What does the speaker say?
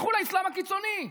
לכו לאסלאם הקיצוני,